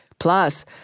Plus